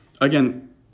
again